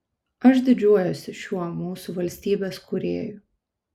aš didžiuojuosi šiuo mūsų valstybės kūrėju